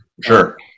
Sure